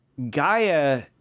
Gaia